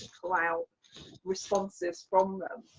pull out responses from them.